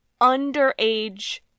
underage